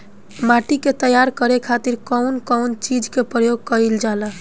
माटी के तैयार करे खातिर कउन कउन चीज के प्रयोग कइल जाला?